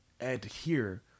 adhere